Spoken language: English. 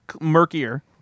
murkier